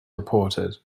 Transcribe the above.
reported